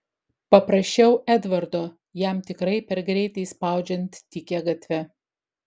paprašiau edvardo jam tikrai per greitai spaudžiant tykia gatve